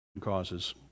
causes